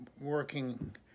working